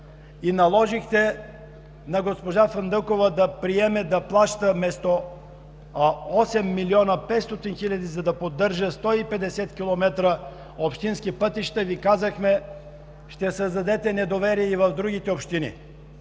и наложихте на госпожа Фандъкова да приеме да плаща вместо 8 милиона 500 хиляди, за да поддържа 150 км общински пътища, Ви казахме: ще създадете недоверие и в другите общини.